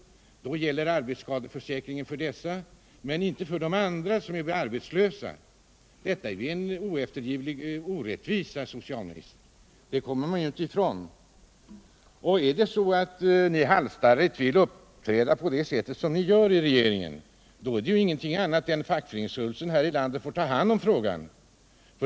Då gäller arbetsskadeförsäkringen för dessa, men inte för andra som är arbetslösa. Detta är en orättvisa, herr socialminister, det kommer man inte ifrån. Skall regeringen uppträda så här halsstarrigt finns inget annat alternativ än att fackföreningsrörelsen i landet får ta hand om frågan.